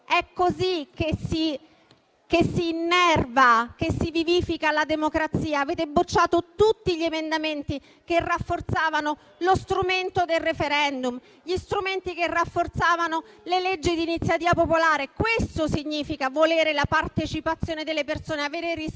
è così si che si innerva e si vivifica alla democrazia. Avete bocciato tutti gli emendamenti che rafforzavano lo strumento del *referendum* e delle leggi di iniziativa popolare. Questo significa volere la partecipazione delle persone, avere rispetto